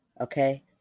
Okay